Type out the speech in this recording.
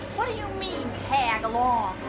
what do you mean tag along?